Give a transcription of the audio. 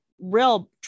real